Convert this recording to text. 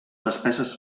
despeses